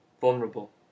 vulnerable